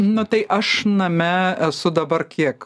na tai aš name esu dabar kiek